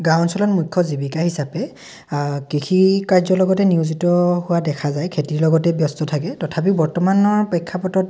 গাঁও অঞ্চলত মুখ্য জীৱিকা হিচাপে কৃষি কাৰ্যৰ লগতে নিয়োজিত হোৱা দেখা যায় খেতিৰ লগতে ব্যস্ত থাকে তথাপিও বৰ্তমানৰ প্ৰেক্ষাপটত